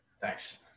Thanks